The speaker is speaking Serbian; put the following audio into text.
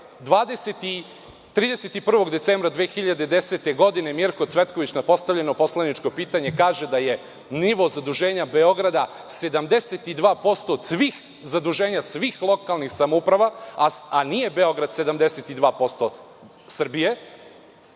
31. decembra 2010. godine Mirko Cvetković na postavljeno poslaničko pitanje kaže da je nivo zaduženja Beograda 72% od svih zaduženja lokalnih samouprava, a nije Beograd 72% Srbije